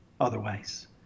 otherwise